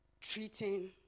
treating